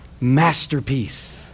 masterpiece